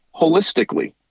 holistically